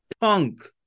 punk